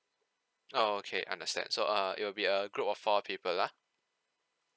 oh okay understand so uh it will be a group of four people lah